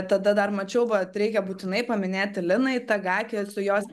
tada dar mačiau vat reikia būtinai paminėti liną itagaki su jos